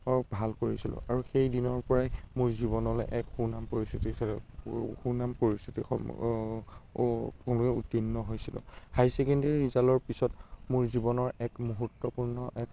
ভাল কৰিছিলোঁ আৰু সেই দিনৰ পৰাই মোৰ জীৱনলৈ এক সুনাম পৰিস্থিতিৰ সেই সুনাম পৰিস্থিতিৰ সম উত্তীৰ্ণ হৈছিলোঁ হাই ছেকেণ্ডেৰী ৰিজাল্টৰ পিছত মোৰ জীৱনৰ এক মূহূৰ্ত্তপূৰ্ণ এক